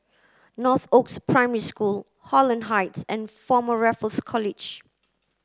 Northoaks Primary School Holland Heights and Former Raffles College